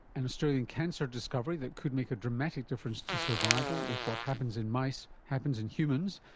an australian cancer discovery that could make a dramatic difference to survival if what happens in mice happens in humans.